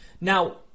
Now